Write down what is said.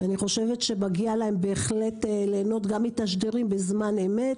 ומגיע להם ליהנות גם מתשדירים בזמן אמת,